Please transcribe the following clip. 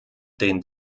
den